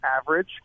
average